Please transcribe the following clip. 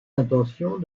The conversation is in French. intentions